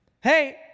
Hey